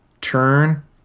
turn